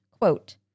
quote